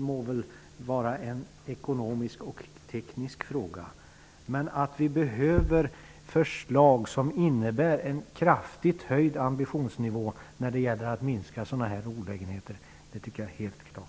må väl vara en ekonomisk och teknisk fråga. Men att vi behöver förslag som innebär en kraftigt höjd ambitionsnivå när det gäller att minska olägenheterna är helt klart.